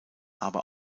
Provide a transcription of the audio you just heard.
aber